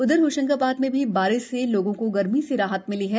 उधर होशंगाबाद में भी बारिश से लोगों को गर्मी से राहत मिली है